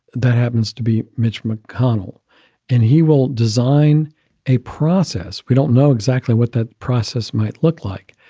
that happens to be mitch mcconnell and he will design a process. we don't know exactly what that process might look like.